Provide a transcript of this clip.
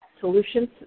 Solutions